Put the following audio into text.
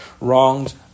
wronged